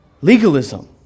Legalism